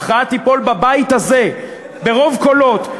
ההכרעה תיפול בבית הזה ברוב קולות.